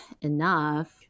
enough